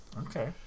Okay